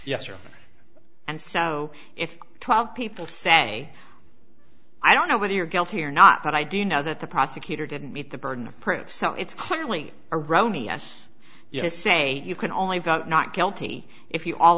yes or and so if twelve people say i don't know whether you're guilty or not but i do know that the prosecutor didn't meet the burden of proof so it's clearly erroneous you just say you can only vote not guilty if you all